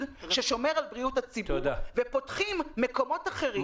ששומר על בריאות הציבור ופותחים מקומות אחרים.